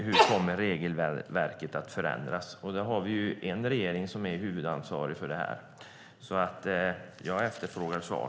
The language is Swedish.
Hur kommer regelverket att förändras? Vi har en regering som är huvudansvarig för detta. Jag efterfrågar svar.